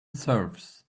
surfs